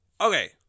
Okay